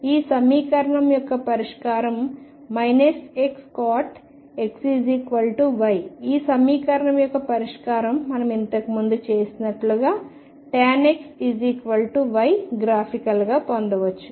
ఈ సమీకరణం యొక్క పరిష్కారం X cot X Y ఈ సమీకరణం యొక్క పరిష్కారాన్ని మనం ఇంతకు ముందు చేసినట్లుగా X Y గ్రాఫికల్గా పొందవచ్చు